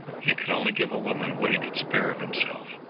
he could only give a woman what he could spare of himself.